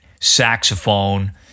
saxophone